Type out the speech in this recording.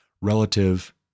relative